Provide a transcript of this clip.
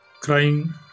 crying